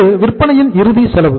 இது விற்பனையின் இறுதி செலவு